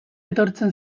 etortzen